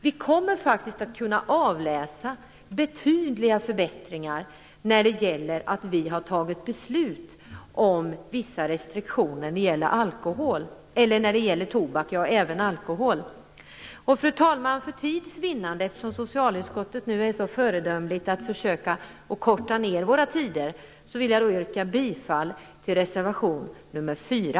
Vi kommer faktiskt att kunna avläsa betydliga förbättringar av att vi har fattat beslut om vissa restriktioner när det gäller tobak och även alkohol. Fru talman! I socialutskottet är vi så föredömliga att vi försöker korta ned taletiden här i kammaren, och jag vill därför nu yrka bifall till reservation nr 4.